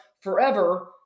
forever